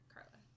Carla